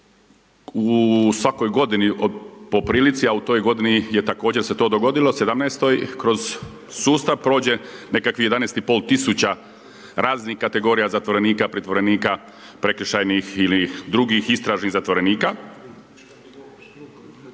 u svakoj godini po prilici a u toj godini je također se to dogodilo, 2017., kroz sustav prođe nekakvih 11 500 raznih kategorija zatvorenika, pritvorenika prekršajnih ili drugih istražnih zatvorenika.